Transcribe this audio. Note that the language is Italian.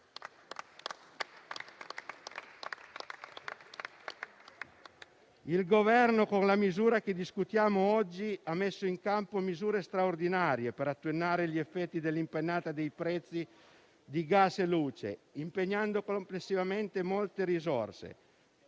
Il Governo, con il provvedimento di cui discutiamo oggi, ha messo in campo misure straordinarie per attenuare gli effetti dell'impennata dei prezzi di gas e luce, impegnando complessivamente molte risorse.